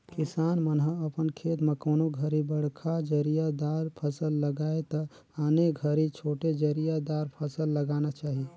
किसान मन ह अपन खेत म कोनों घरी बड़खा जरिया दार फसल लगाये त आने घरी छोटे जरिया दार फसल लगाना चाही